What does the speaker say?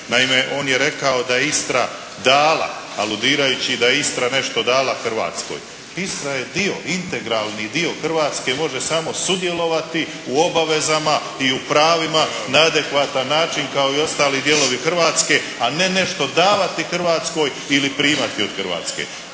konotacije, on je rekao da je Istra dala, aludirajući da je Istra nešto dala Hrvatskoj, Istra je integralni dio Hrvatske može samo sudjelovati u obavezama i u pravima na adekvatan način kao ostali dijelovi Hrvatske a nešto davati Hrvatskoj ili nešto primati od Hrvatske.